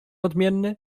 odmienny